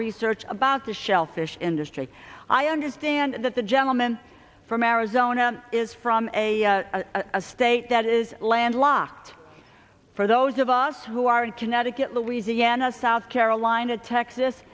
research about the shellfish industry i understand that the gentleman from arizona is from a state that is landlocked for those of us who are at connecticut louisiana south carolina texas